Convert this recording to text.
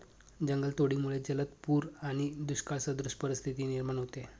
जंगलतोडीमुळे जलद पूर आणि दुष्काळसदृश परिस्थिती निर्माण होते